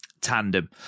tandem